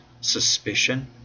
suspicion